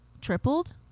tripled